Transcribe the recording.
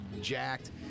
jacked